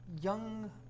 young